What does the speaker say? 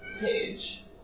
page